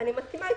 אני מסכימה אתך,